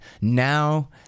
now